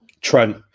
Trent